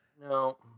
no